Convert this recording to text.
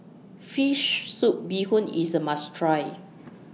Fish Soup Bee Hoon IS A must Try